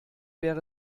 wäre